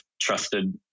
trusted